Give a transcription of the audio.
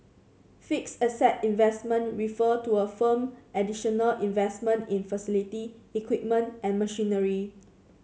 fixed asset investment refer to a firm additional investment in facility equipment and machinery